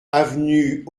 avenue